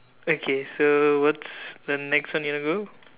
okay so what's the next one you want to go